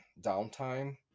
downtime